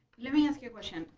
let me ask you a question,